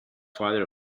father